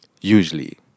Usually